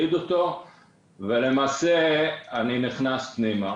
ואז למעשה אני נכנס פנימה.